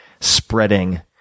spreading